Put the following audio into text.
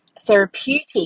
therapeutic